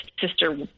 sister